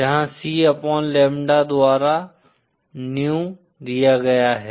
जहां C upon lambda द्वारा nu दिया गया है